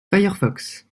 firefox